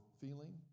feeling